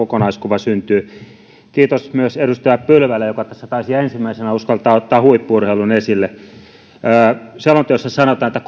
kokonaiskuva syntyy kiitos myös edustaja pylväälle joka tässä taisi ihan ensimmäisenä uskaltaa ottaa huippu urheilun esille selonteossa sanotaan että